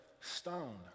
stone